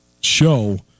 show